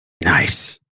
Nice